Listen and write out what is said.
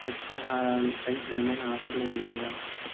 మత్స్యాహారాలు పై ఏమైనా ఆఫర్లు ఉన్నాయా